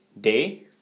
day